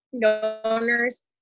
donors